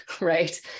right